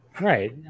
Right